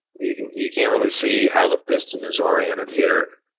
you can't you can't really see how the piston is oriented here,